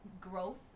growth